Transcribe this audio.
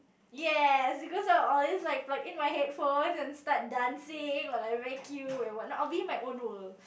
ya because I always like pluck in my headphone and start dancing while I vacuum I will be in my own world